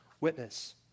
witness